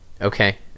okay